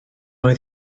oedd